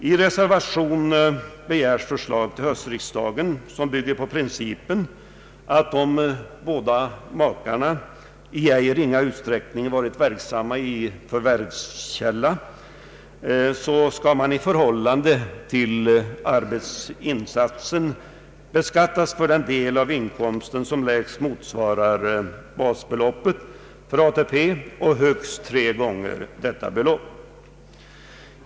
I reservationen begärs förslag till höstriksdagen vilket bygger på principen att om båda makarna i ej ringa utsträckning varit verksamma i förvärvskälla man skall i förhållande till arbetsinsatsen beskattas för den del av inkomsten som lägst motsvarar basbeloppet för ATP och högst tre gånger detta belopp.